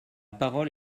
parole